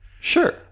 Sure